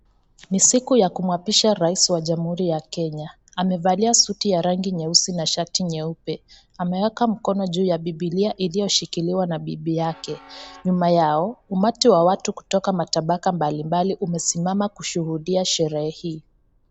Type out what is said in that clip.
Ni siku ya kumwapisha urahisi wa jamuhuri ya Kenya, amevalia shati ya rangi nyeusi na shati ya rangi nyeupe. Ameweka mkono juu ya bibilia iliyoshikiliwana bibi yake. Nyuma yao umati wa watu kutoka matabaka mbalimbali umesimama kushuhudia sherehe hii.